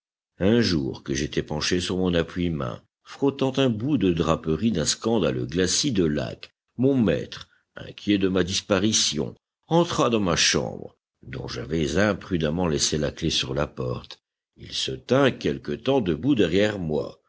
un jour que j'étais penché sur mon appui main frottant un bout de draperie d'un scandaleux glacis de laque mon maître inquiet de ma disparition entra dans ma chambre dont j'avais imprudemment laissé la clef sur la porte il se tint quelque temps debout derrière moi